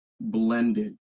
blended